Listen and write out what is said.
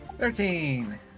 Thirteen